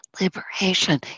liberation